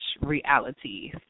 reality